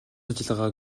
ажиллагаа